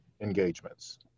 engagements